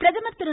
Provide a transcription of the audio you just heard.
பிரதமர் திரு